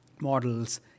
models